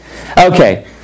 Okay